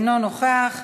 אינו נוכח,